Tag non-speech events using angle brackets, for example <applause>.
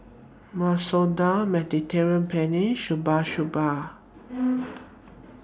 Masoor Dal Mediterranean Penne Shabu Shabu <noise>